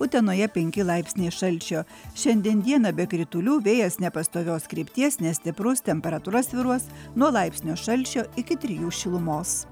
utenoje penki laipsniai šalčio šiandien dieną be kritulių vėjas nepastovios krypties nestiprus temperatūra svyruos nuo laipsnio šalčio iki trijų šilumos